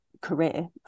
career